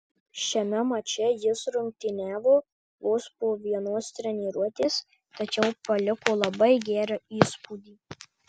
šiame mače jis rungtyniavo vos po vienos treniruotės tačiau paliko labai gerą įspūdį